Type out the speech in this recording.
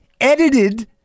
edited